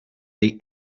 les